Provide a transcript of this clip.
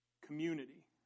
community